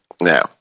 Now